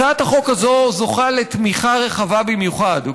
הצעת החוק הזו זוכה לתמיכה רחבה במיוחד,